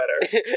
better